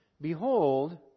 Behold